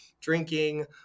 drinking